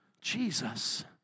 Jesus